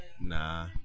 Nah